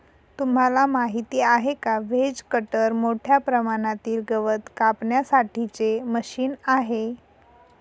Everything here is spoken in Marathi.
तुम्हाला माहिती आहे का? व्हेज कटर मोठ्या प्रमाणातील गवत कापण्यासाठी चे मशीन आहे